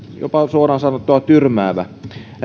suoraan sanottuna jopa tyrmäävä